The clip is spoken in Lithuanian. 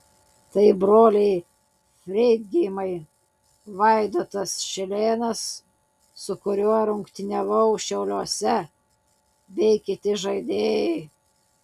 tai broliai freidgeimai vaidotas šilėnas su kuriuo rungtyniavau šiauliuose bei kiti žaidėjai